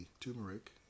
turmeric